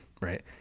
Right